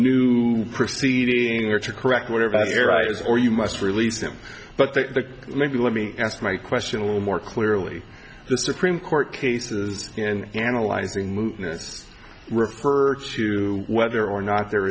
new proceeding or to correct whatever your right is or you must release them but the maybe let me ask my question a little more clearly the supreme court cases in analyzing movements refer to whether or not there